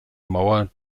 mauer